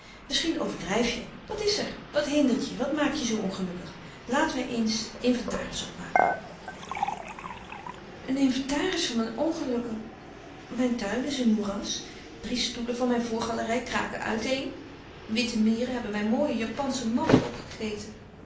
misschien overdrijf je wat is er wat hindert je wat maakt je zoo ongelukkig laten wij eens een inventaris opmaken een inventaris van mijn ongelukken mijn tuin is een moeras drie stoelen van mijn voorgalerij kraken uit-een witte mieren hebben mijn mooie japansche matten opgegeten